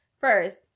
first